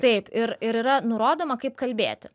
taip ir yra nurodoma kaip kalbėti